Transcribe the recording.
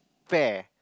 fair